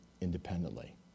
independently